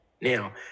Now